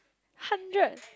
hundred